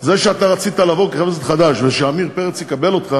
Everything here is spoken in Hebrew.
זה שרצית לבוא כחבר כנסת חדש ושעמיר פרץ יקבל אותך,